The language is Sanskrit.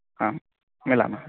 हां मिलामः